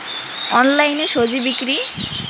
অনলাইনে স্বজি বিক্রি?